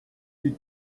eut